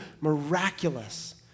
miraculous